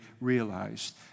realized